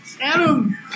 Adam